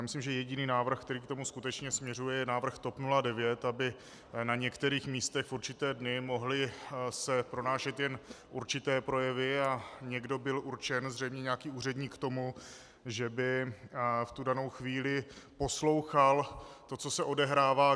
Já myslím, že jediný návrh, který k tomu skutečně směřuje, je návrh TOP 09, aby se na některých místech v určité dny mohly pronášet jen určité projevy a někdo byl určen, zřejmě nějaký úředník, k tomu, že by v tu danou chvíli poslouchal to, co se odehrává.